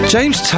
James